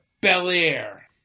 Belair